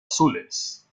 azules